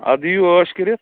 اَدٕ یِیو عٲش کٔرِتھ